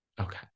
Okay